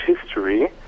history